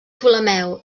ptolemeu